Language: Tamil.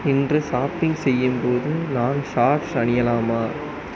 இன்று சாப்பிங் செய்யும் போது நான் ஷார்ட்ஸ் அணியலாமா